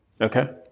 Okay